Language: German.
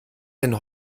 denn